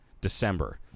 December